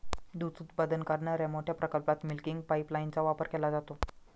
दूध उत्पादन करणाऱ्या मोठ्या प्रकल्पात मिल्किंग पाइपलाइनचा वापर केला जातो